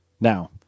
Now